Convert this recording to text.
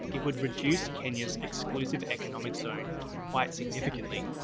it would reduce kenya's exclusive economic zone quite significantly.